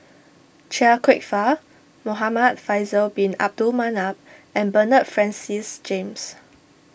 Chia Kwek Fah Muhamad Faisal Bin Abdul Manap and Bernard Francis James